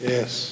Yes